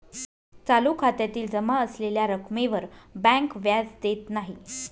चालू खात्यातील जमा असलेल्या रक्कमेवर बँक व्याज देत नाही